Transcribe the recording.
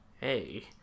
Hey